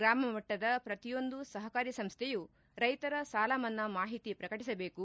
ಗ್ರಾಮಮಟ್ಟದ ಪ್ರತಿಯೊಂದು ಸಹಕಾರಿ ಸಂಸ್ಥೆಯು ರೈತರ ಸಾಲಮನ್ನಾ ಮಾಹಿತಿ ಪ್ರಕಟಿಸಬೇಕು